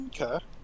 Okay